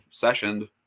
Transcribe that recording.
sessioned